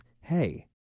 hey